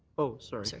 oh, sorry. so